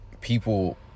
people